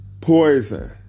Poison